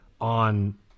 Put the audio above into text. on